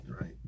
Right